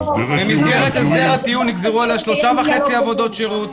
במסגרת הסדר הטיעון נגזרו עליה שלושה וחצי חודשי עבודות שירות.